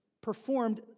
performed